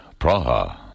Praha